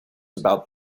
about